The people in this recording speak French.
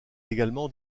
également